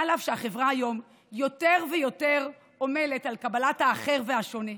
אף שהחברה היום יותר ויותר עמלה על קבלת האחר והשונה,